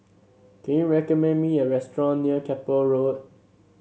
can you recommend me a restaurant near Keppel Road